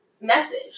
message